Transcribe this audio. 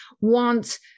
want